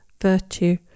virtue